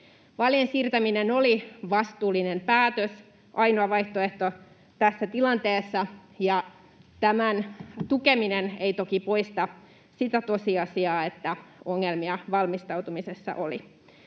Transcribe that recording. Vaalien siirtäminen oli vastuullinen päätös, ainoa vaihtoehto tässä tilanteessa, ja tämän tukeminen ei toki poista sitä tosiasiaa, että ongelmia valmistautumisessa oli.